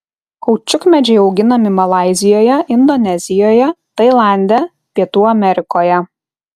kaučiukmedžiai auginami malaizijoje indonezijoje tailande pietų amerikoje